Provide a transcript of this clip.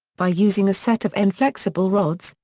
by using a set of n flexible rods,